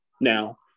now